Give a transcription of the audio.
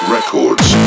Records